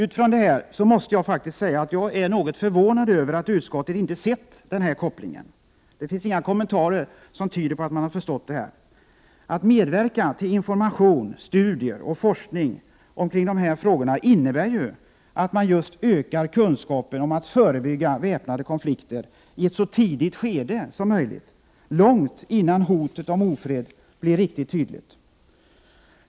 Utifrån detta måste jag säga att jag är förvånad över att utskottet inte sett den här kopplingen; i varje fall finns det inga kommentarer som tyder på det. Att medverka till information, studier och forskning omkring dessa frågor innebär ju att man ökar kunskapen om att förebygga väpnade konflikter i ett så tidigt skede som möjligt, långt innan hotet om ofred blir riktigt tydligt.